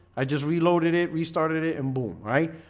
i just reloaded it restarted it and boom, right?